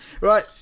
Right